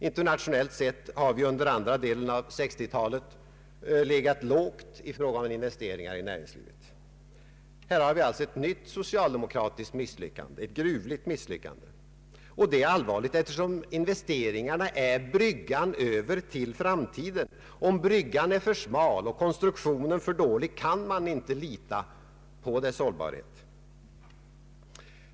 Internationellt sett har vi under andra delen av 1960-talet legat lågt i fråga om investeringar i näringslivet. Här har vi alltså ett nytt socialdemokratiskt misslyckande, ett gruvligt misslyckande. Och det är allvarligt eftersom investeringarna är bryggan över till framtiden. Om bryggan är för smal, konstruktionen för dålig kan man inte lita på dess hållbarhet.